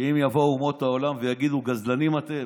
שאם יבואו אומות העולם ויגידו: גזלנים אתם,